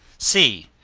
c.